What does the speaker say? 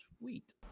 Sweet